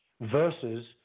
versus